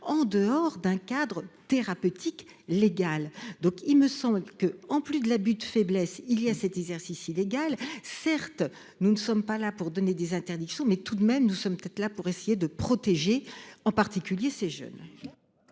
en dehors d'un cadre thérapeutique légal donc il me semble que, en plus de l'abus de faiblesse. Il y a cet exercice illégal. Certes nous ne sommes pas là pour donner des interdictions. Mais tout de même nous sommes peut-être là pour essayer de protéger en particulier ses jeunes.